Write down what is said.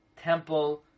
temple